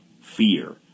fear